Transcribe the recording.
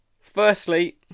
Firstly